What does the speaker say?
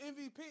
MVP